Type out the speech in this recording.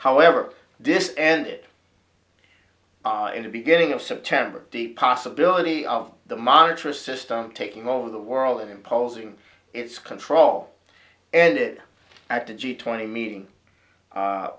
however this and it into beginning of september the possibility of the monetarist system taking over the world and imposing its control and it at the g twenty meeting